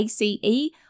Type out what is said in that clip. ACE